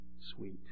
sweet